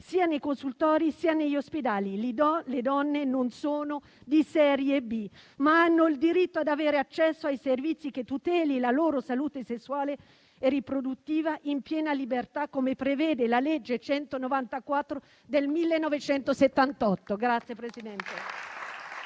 sia nei consultori sia negli ospedali. Le donne non sono persone di serie B, ma hanno diritto di avere accesso ai servizi che tutelino la loro salute sessuale e riproduttiva in piena libertà, come prevede la legge n. 194 del 1978.